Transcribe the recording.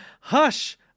Hush